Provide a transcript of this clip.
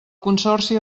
consorci